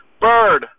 bird